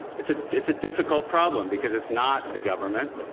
it's ah it's a difficult problem because it's not the government,